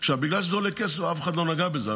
בגלל שזה עולה כסף, אף אחד לא נגע בזה.